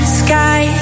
sky